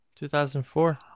2004